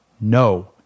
no